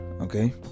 Okay